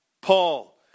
Paul